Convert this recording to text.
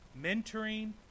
mentoring